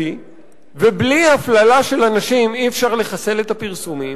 ובלי הפללה של הנשים אי-אפשר לחסל את הפרסומים,